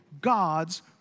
God's